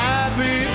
Happy